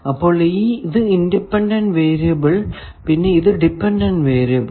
അപ്പോൾ ഇത് independent variable പിന്നെ ഇത് ഡിപെൻഡന്റ് വേരിയബിൾ